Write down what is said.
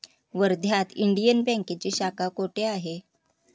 वर्ध्यात इंडियन बँकेची शाखा कुठे आहे?